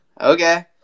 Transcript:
Okay